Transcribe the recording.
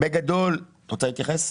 אור, רוצה להתייחס?